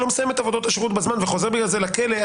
עבודות השירות בזמן ובגלל זה חוזר לכלא,